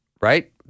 right